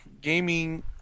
gaming